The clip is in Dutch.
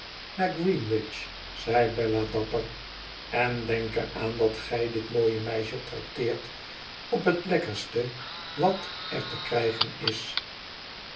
greenwich zei bella dapper n denk er aan dat gij dit mooie meisje trakteert op het lekkerste wat er te krijgen is